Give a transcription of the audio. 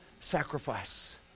sacrifice